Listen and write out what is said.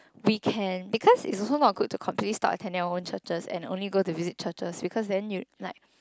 we can because it's also not good to completely stop attending churches and only go to visit churches because then you like